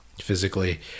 physically